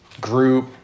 group